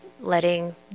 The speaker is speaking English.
letting